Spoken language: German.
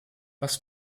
was